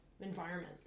environment